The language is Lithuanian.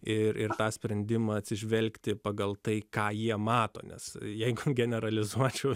ir ir tą sprendimą atsižvelgti pagal tai ką jie mato nes jeigu generalizuoti šių